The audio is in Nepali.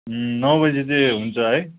नौ बजी चाहिँ हुन्छ है